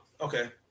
Okay